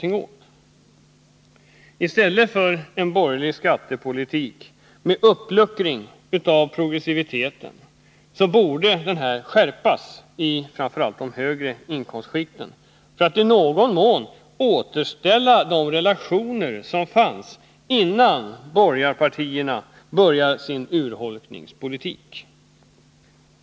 I stället för en borgerlig skattepolitik med uppluckring av progressiviteten behövs en skärpning av progressiviteten i framför allt de högre inkomstskikten för att i någon mån återställa de relationer som fanns innan de borgerliga partierna började sin urholkningspolitik.